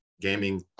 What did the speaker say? gaming